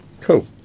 Cool